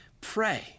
pray